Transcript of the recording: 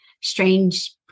Strange